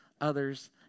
others